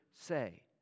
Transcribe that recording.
say